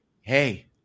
Hey